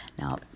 Now